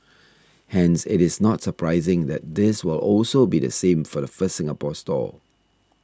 hence it is not surprising that this will also be the same for the first Singapore store